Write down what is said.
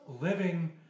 living